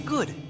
Good